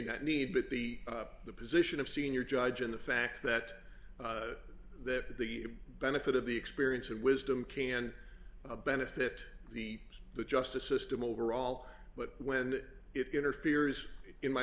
not need but the the position of senior judge and the fact that that the benefit of the experience and wisdom can benefit the the justice system overall but when it interferes in my